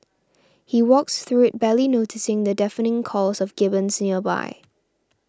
he walks through it barely noticing the deafening calls of gibbons nearby